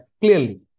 clearly